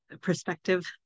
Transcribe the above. perspective